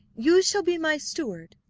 you shall be my steward,